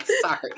sorry